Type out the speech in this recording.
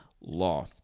Law